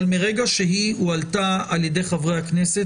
אבל מרגע שהיא הועלתה על ידי חברי הכנסת,